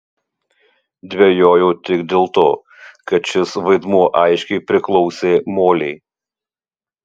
dvejojau tik dėl to kad šis vaidmuo aiškiai priklausė molei